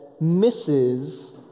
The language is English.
Misses